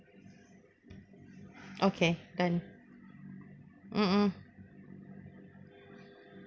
okay done mm mm